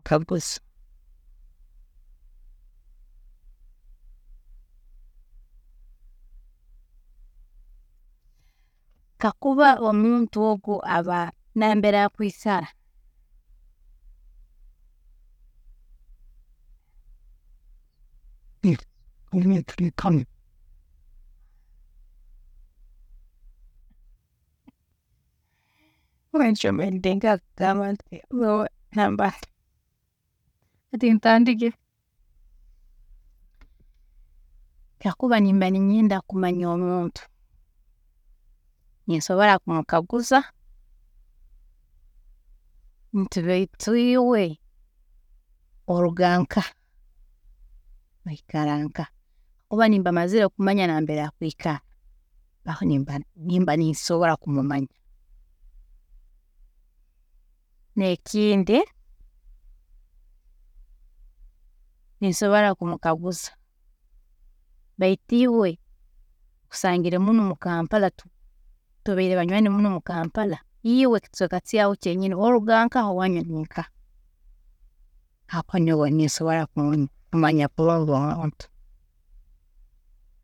Kakuza kakuba omuntu ogu aba nambere akwiikara, nibaturekamu, oba nikyo mbaire nindengaho kugamba, kakuba mba ninyenda kumanya omuntu, ninsobola kumukaguza nti baitu iwe oruga nkaha, oyikara nkaha oba nimba mazire kumanya nambere akwiikara aho nimba nimba ninsobola kumumanya, n'ekindi ninsobola kumukaguza, baitu iwe nkusangire munu mu kampala, tubiire banywaani muno mu kampala iwe ekicweeka kyawe kyenyini oruga nkaha owanyu niho nkaha, hakuba nyowe ninsobola ku- kumanya kulungi omuntu.